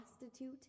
prostitute